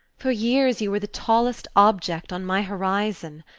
for years you were the tallest object on my horizon.